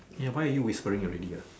ya why are you whispering already ah